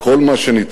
כל מה שניתן